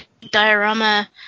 diorama